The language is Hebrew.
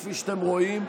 כפי שאתם רואים,